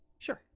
sure.